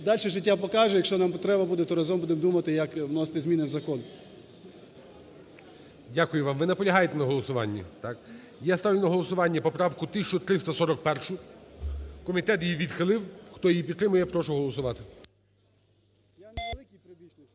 Дальше життя покаже. Якщо нам потреба буде, то разом будемо думати, як вносити зміни в закон. ГОЛОВУЮЧИЙ. Дякую вам. Ви наполягаєте на голосуванні, так? Я ставлю на голосування поправку 1341-у. Комітет її відхилив. Хто її підтримує, я прошу голосувати.